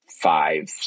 five